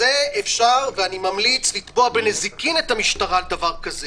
אפשר ואני ממליץ לתבוע בנזיקין את המשטרה על דבר כזה.